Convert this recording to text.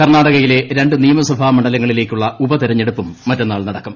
കർണാടകയിലെ രണ്ട് നിയമസഭാ മണ്ഡലങ്ങളിലേക്കുള്ള ഉപതെരഞ്ഞെടുപ്പും മറ്റെന്നാൾ നടക്കും